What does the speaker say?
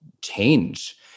change